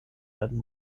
werden